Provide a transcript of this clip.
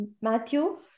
Matthew